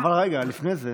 אבל רגע, לפני זה,